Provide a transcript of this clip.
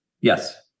Yes